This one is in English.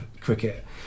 cricket